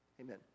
Amen